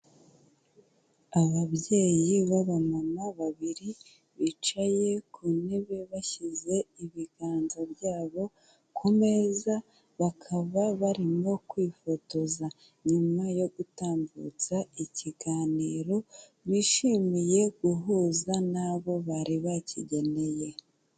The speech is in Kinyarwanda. Ababyeyi b'abamama babiri bicaye ku ntebe bashyize ibiganza byabo ku meza, bakaba barimo kwifotoza nyuma yo gutambutsa ikiganiro, bishimiye guhuza n'abo bari bakigeneye.